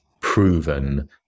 proven